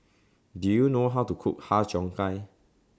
Do YOU know How to Cook Har Cheong Gai